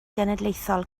genedlaethol